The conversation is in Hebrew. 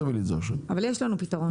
אבל יש לנו פתרון.